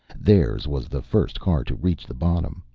theirs was the first car to reach the bottom.